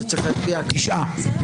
הצבעה מס' 6 בעד ההסתייגות 6 נגד,